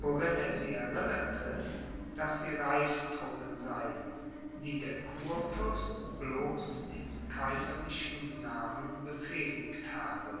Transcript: worin er sie erinnerte daß sie reichstruppen seien die der kurfürst bloß in kaiserlichem namen befehligt habe